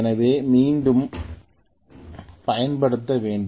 எனவே மீண்டும் விகிதத்தை பயன்படுத்த வேண்டும்